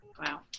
Wow